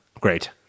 Great